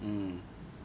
mm